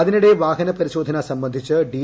അതിനിടെ വാഹനപരിശോധന സംബന്ധിച്ച് ഡി